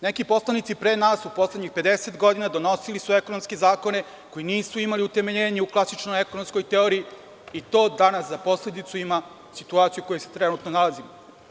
Neki poslanici pre nas u poslednjih 50 godina donosili su ekonomske zakone koji nisu imali utemeljenje u klasičnoj ekonomskoj teoriji i to danas za posledicu ima situaciju u kojoj se trenutno nalazimo.